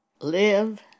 live